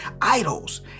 idols